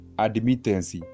Admittance